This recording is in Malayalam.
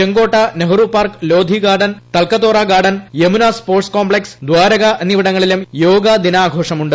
ചെങ്കോട്ട Nehru Park Lodhi Garden Talkatora Garden Yamuna Sports Complex Dwarka എന്നിവിടങ്ങളിലും യോഗാദിനാഘോഷമുണ്ട്